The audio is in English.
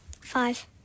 five